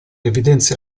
evidenzia